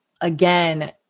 again